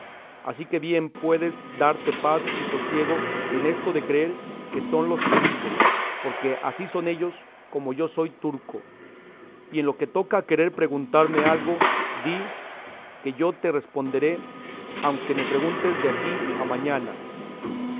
ansí que bien puedes darte paz y sosiego en esto de creer que son los que dices porque así son ellos como yo soy turco y en lo que toca a querer preguntarme algo di que yo te responderé aunque me preguntes de aquí a mañana